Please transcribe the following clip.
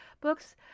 books